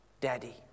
Daddy